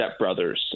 stepbrothers